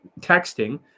texting